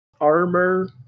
armor